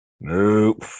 Nope